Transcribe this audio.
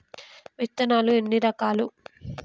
విత్తనాలు ఎన్ని రకాలు?